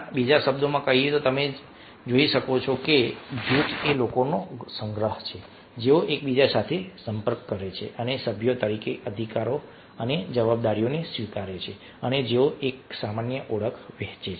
બીજા શબ્દોમાં કહીએ તો તમે જોઈ શકો છો કે જૂથ એ લોકોનો સંગ્રહ છે જેઓ એકબીજા સાથે સંપર્ક કરે છે અને સભ્યો તરીકે અધિકારો અને જવાબદારીઓને સ્વીકારે છે અને જેઓ એક સામાન્ય ઓળખ વહેંચે છે